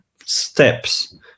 steps